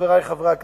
חברי חברי הכנסת,